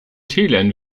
tälern